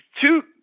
two